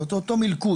זה אותו מלכוד.